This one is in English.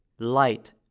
light